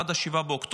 עד 7 באוקטובר,